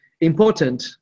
important